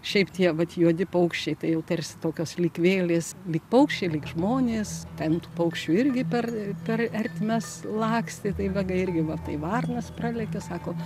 šiaip tie vat juodi paukščiai tai jau tarsi tokios lyg vėlės lyg paukščiai lyg žmonės ten tų paukščių irgi per per ertmes lakstė tai vega irgi va tai varnas pralekia sako